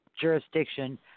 jurisdiction